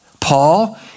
Paul